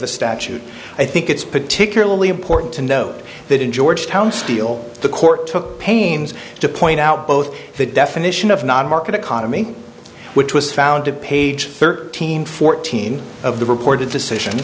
the statute i think it's particularly important to note that in georgetown steel the court took pains to point out both the definition of not market economy which was found to page thirteen fourteen of the reported decision